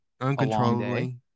uncontrollably